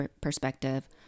perspective